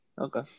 Okay